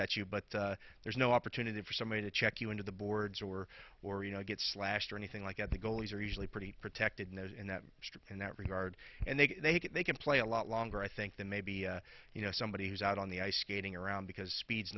at you but there's no opportunity for somebody to check you into the boards or or you know get slashed or anything like that the goalies are usually pretty protected in those in that in that regard and they get they can play a lot longer i think that may be you know somebody who's out on the ice skating around because speeds